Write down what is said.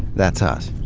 that's us,